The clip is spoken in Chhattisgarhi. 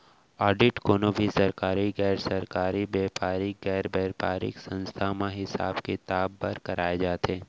आडिट कोनो भी सरकारी, गैर सरकारी, बेपारिक, गैर बेपारिक संस्था म हिसाब किताब बर कराए जाथे